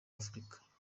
afurika